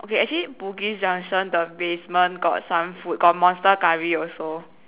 okay actually Bugis junction the basement got some food got monster curry also